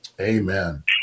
Amen